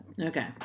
Okay